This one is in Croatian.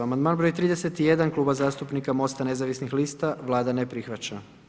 Amandman broj 31 Kluba zastupnika Mosta nezavisnih lista, Vlada ne prihvaća.